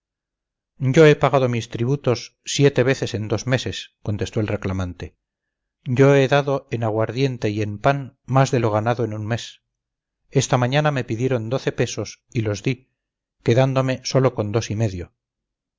yo he pagado mis tributos siete veces en dos meses contestó el reclamante yo he dado en aguardiente y en pan más de lo ganado en un mes esta mañana me pidieron doce pesos y los di quedándome sólo con dos y medio